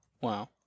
Wow